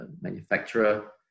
manufacturer